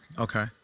Okay